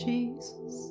Jesus